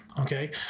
Okay